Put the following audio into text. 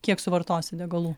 kiek suvartosi degalų